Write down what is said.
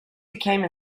became